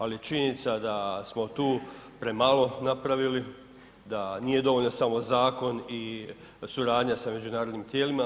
Ali je činjenica da smo tu premalo napravili, da nije dovoljno samo zakon i suradnja sa međunarodnim tijelima.